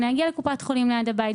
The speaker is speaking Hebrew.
להגיע לקופת חולים ליד הבית,